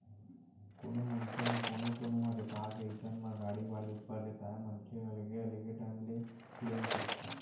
कोनो मनखे म कोनो कोनो ह रेता गे अइसन म गाड़ी वाले ऊपर रेताय मनखे ह अलगे अलगे ढंग ले क्लेम करथे